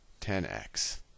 10x